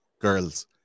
girls